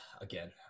again